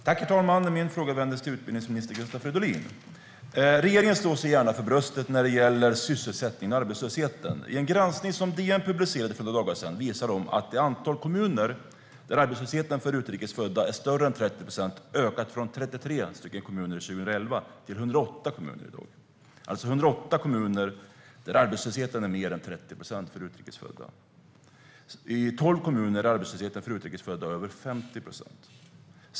Herr talman! Min fråga går till utbildningsminister Gustav Fridolin. Regeringen slår sig gärna för bröstet när det gäller sysselsättningen och arbetslösheten. En granskning som DN publicerade för några dagar sedan visar att antalet kommuner där arbetslösheten för utrikes födda är högre än 30 procent har ökat från 33 kommuner 2011 till 108 kommuner i år. I 108 kommuner är arbetslösheten alltså högre än 30 procent för utrikes födda. I tolv kommuner är arbetslösheten för utrikes födda över 50 procent.